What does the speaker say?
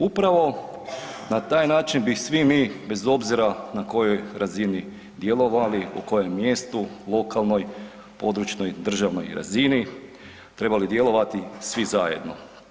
Upravo na taj način bi svi mi bez obzira na kojoj razini djelovali u kojem mjestu lokalnoj, područnoj, državnoj razini trebali djelovati svi zajedno.